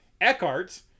Eckhart